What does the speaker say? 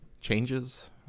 changes